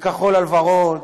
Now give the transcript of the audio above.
וכחול על ורוד,